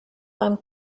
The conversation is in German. beim